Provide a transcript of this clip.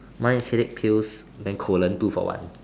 mine is headache pills then colon two for one